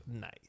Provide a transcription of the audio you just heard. Nice